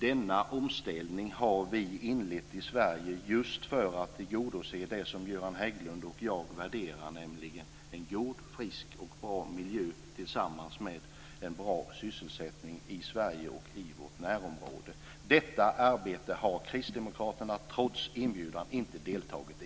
Denna omställning har vi inlett i Sverige just för att tillgodose det som Göran Hägglund och jag värderar, nämligen en god, frisk och bra miljö tillsammans med en bra sysselsättning i Sverige och i vårt närområde. Detta arbete har kristdemokraterna, trots inbjudan, inte deltagit i.